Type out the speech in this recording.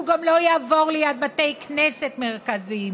הוא גם לא יעבור ליד בתי כנסת מרכזיים,